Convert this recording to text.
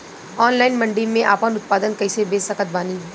Online मंडी मे आपन उत्पादन कैसे बेच सकत बानी?